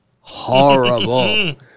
Horrible